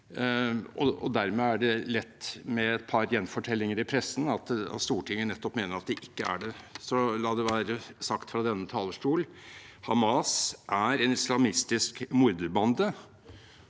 Dermed blir det lett til, med et par gjenfortellinger i pressen, at Stortinget mener at den ikke er det. Så la det være sagt fra denne talerstol: Hamas er en islamistisk morderbande,